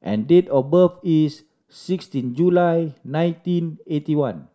and date of birth is sixteen July nineteen eighty one